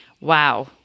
Wow